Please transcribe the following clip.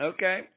Okay